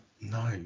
No